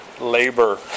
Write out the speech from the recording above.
labor